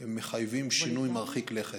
מחייבים שינוי מרחיק לכת,